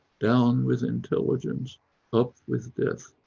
down with intelligence up with death.